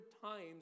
times